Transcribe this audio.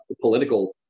political